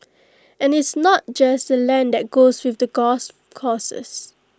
and it's not just the land that goes with the courses